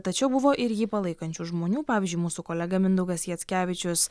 tačiau buvo ir jį palaikančių žmonių pavyzdžiui mūsų kolega mindaugas jackevičius